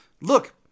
look